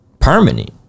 permanent